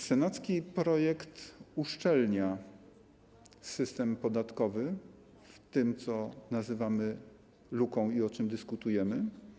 Senacki projekt uszczelnia system podatkowy - chodzi o to, co nazywamy luką i o czym dyskutujemy.